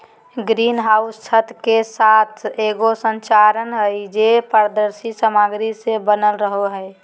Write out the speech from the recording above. green house छत के साथ एगो संरचना हइ, जे पारदर्शी सामग्री से बनल रहो हइ